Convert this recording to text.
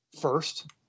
first